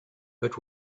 but